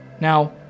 Now